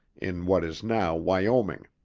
in what is now wyoming.